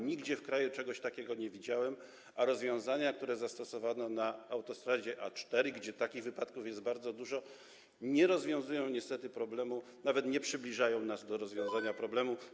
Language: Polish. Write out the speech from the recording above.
Nigdzie w kraju czegoś takiego nie widziałem, a rozwiązania, które zastosowano na autostradzie A4, gdzie takich wypadków jest bardzo dużo, nie rozwiązują niestety problemu, nawet nie przybliżają nas do rozwiązania problemu.